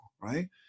right